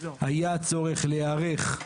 היה צורך להיערך.